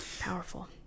powerful